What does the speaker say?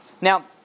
Now